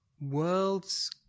World's